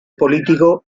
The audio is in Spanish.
político